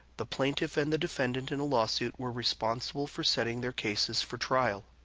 the plaintiff and the defendant in a lawsuit were responsible for setting their cases for trial.